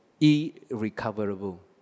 irrecoverable